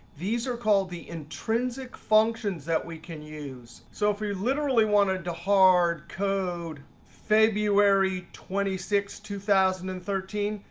these are called the intrinsic functions that we can use. so if we literally wanted to hard code february twenty six, two thousand and thirteen,